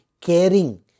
caring